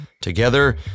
Together